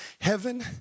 Heaven